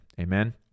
Amen